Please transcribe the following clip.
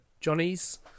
Johnny's